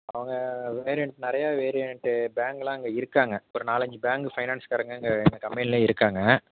அவங்க வேரியண்ட் நிறைய வேரியண்ட்டு பேங்க்லாம் அங்கே இருக்காங்க ஒரு நாலஞ்சு பேங்க்கு ஃபைனான்ஸ்க்காரங்க எங்கள் எங்கள் கம்பெனிலே இருக்காங்க